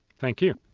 thank you.